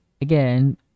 again